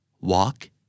walk